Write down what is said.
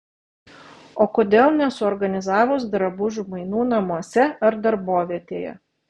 o kodėl nesuorganizavus drabužių mainų namuose ar darbovietėje